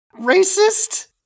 racist